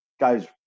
Guy's